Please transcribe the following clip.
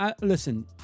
Listen